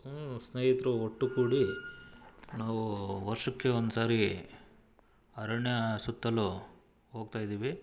ಸ್ನೇಹಿತರು ಒಟ್ಟು ಕೂಡಿ ನಾವು ವರ್ಷಕ್ಕೆ ಒಂದು ಸಾರಿ ಅರಣ್ಯ ಸುತ್ತಲು ಹೋಗ್ತಾಯಿದ್ದೀವಿ